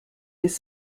this